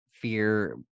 fear